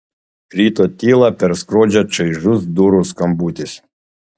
ryto tylą perskrodžia čaižus durų skambutis